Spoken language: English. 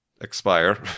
expire